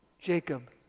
Jacob